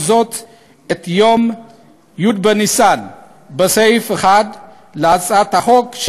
זאת את יום י' בניסן בסעיף 1 להצעת החוק,